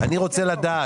אני רוצה לדעת